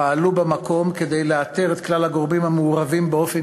פעלו במקום כדי לאתר את כלל הגורמים המעורבים באופן